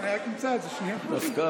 דווקא